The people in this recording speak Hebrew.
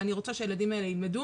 אבל אני רוצה שהילדים האלה ילמדו,